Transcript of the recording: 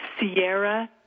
Sierra